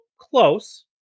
close